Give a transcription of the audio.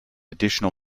additional